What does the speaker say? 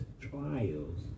trials